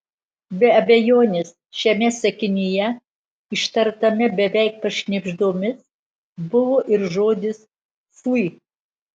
be abejonės šiame sakinyje ištartame beveik pašnibždomis buvo ir žodis fui